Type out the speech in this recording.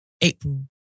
April